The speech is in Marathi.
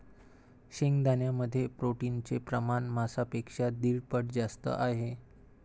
शेंगदाण्यांमध्ये प्रोटीनचे प्रमाण मांसापेक्षा दीड पट जास्त आहे